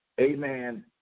Amen